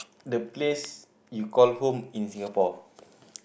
the place you call home in Singapore